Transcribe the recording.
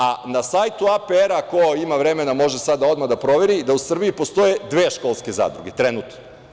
A na sajtu APR-a, ko ima vremena može sada odmah da proveri, u Srbiji postoje dve školske zadruge, trenutno.